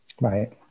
Right